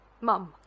Mum